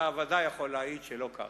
אתה בוודאי יכול להעיד שלא קרה.